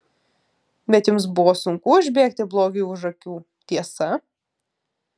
bet jums buvo sunku užbėgti blogiui už akių tiesa